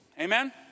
Amen